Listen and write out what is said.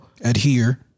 adhere